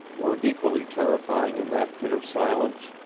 were equally terrifying in that pit of silence,